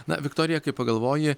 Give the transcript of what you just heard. na viktorija kai pagalvoji